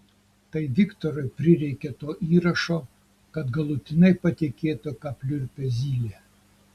tai viktorui prireikė to įrašo kad galutinai patikėtų ką pliurpia zylė